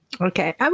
Okay